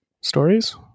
stories